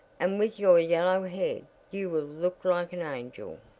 and with your yellow head you will look like an angel.